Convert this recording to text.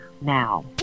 now